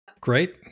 Great